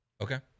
okay